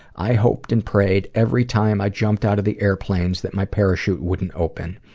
i hoped and prayed every time i jumped out of the airplanes that my parachute wouldn't open.